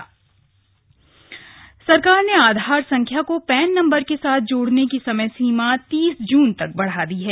महत्वपूर्ण फैसले सरकार ने आधार संख्या को पैन नम्बर के साथ जोड़ने की समय सीमा तीस जून तक बढ़ा दी है